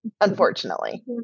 unfortunately